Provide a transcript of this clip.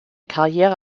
karriere